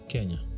Kenya